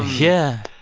yeah